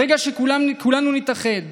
ברגע שכולנו נתאחד